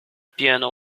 piano